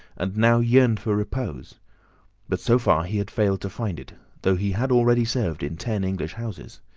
and now yearned for repose but so far he had failed to find it, though he had already served in ten english houses.